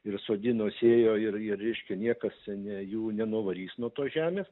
ir sodino sėjo ir ir reiškia niekas ten jų nenuvarys nuo tos žemės